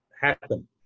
happen